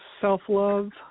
self-love